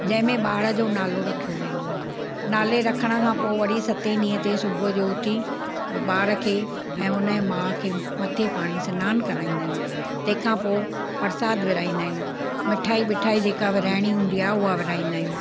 जंहिंमें ॿार जो नालो रखियो वेंदो आहे नाले रखण खां पोइ वरी सते ॾींहं ते सुबुह जो उथी ॿार खे ऐं हुनजे माउ खे मथे पाणी सनानु कराईंदा आहियूं तंहिंखां पोइ परसादु विरहाईंदा आहियूं मिठाई बिठाई जेका विरहाइणी हूंदी आहे उहा विरहाईंदा आहियूं